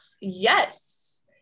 yes